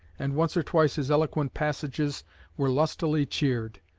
and once or twice his eloquent passages were lustily cheered.